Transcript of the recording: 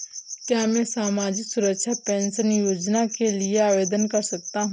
क्या मैं सामाजिक सुरक्षा पेंशन योजना के लिए आवेदन कर सकता हूँ?